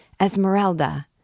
Esmeralda